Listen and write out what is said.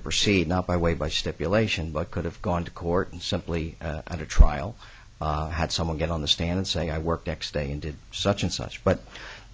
to proceed not by way by stipulation but could have gone to court and simply at a trial had someone get on the stand and say i worked x day and did such and such but